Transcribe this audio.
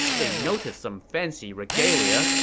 they noticed some fancy regalia,